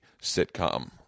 sitcom